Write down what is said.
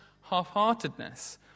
half-heartedness